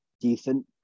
decent